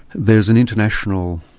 there's an international